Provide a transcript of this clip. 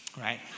right